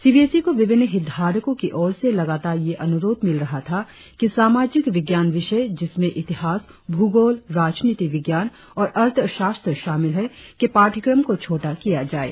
CBSE को विभिन्न हितधारको की ओर से लगातार यह अनुरोध मिल रहा था कि सामाजिक विज्ञान विषय जिसमें इतिहास भूगोल राजनीति विज्ञान और अर्थशास्त्र शामिल है के पाठ्यक्रम को छोटा किया जाये